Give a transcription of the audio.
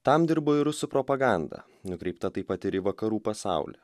tam dirbo ir rusų propaganda nukreipta taip pat ir į vakarų pasaulį